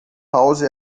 house